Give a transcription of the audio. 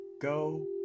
Go